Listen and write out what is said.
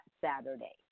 Saturday